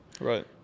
right